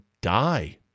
die